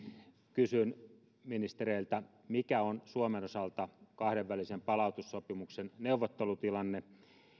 kysyn ministereiltä mikä on suomen osalta kahdenvälisen palautussopimuksen neuvottelutilanne